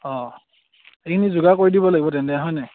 অঁ এইখিনি যোগাৰ কৰি দিব লাগিব তেন্তে হয় নাই